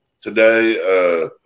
today